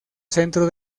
centro